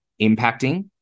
impacting